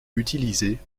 utilisés